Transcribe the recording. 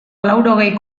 laurogei